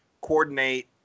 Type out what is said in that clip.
coordinate